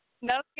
No